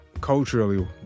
culturally